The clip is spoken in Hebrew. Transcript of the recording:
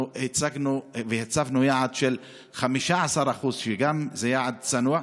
הצגנו והצבנו יעד של 15% שגם זה יעד צנוע.